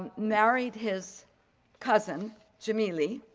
married his cousin jimelee,